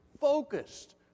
focused